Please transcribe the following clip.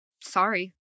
Sorry